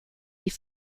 die